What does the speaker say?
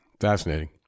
Fascinating